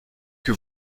que